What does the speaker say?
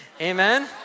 Amen